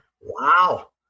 Wow